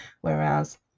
whereas